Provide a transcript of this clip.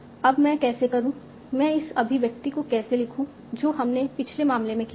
अब मैं कैसे करूं मैं इस अभिव्यक्ति को कैसे लिखूं जो हमने पिछले मामले में किया था